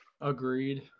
agreed